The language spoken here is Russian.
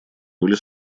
были